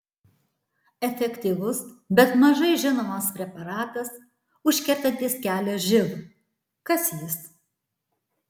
efektyvus bet mažai žinomas preparatas užkertantis kelią živ kas jis